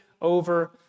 over